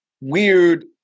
weird